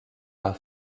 par